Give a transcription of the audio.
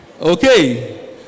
okay